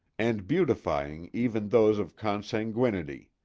and beautifying even those of consanguinity.